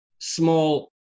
small